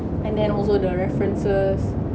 and then also the references